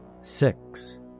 six